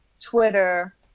Twitter